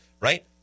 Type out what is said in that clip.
right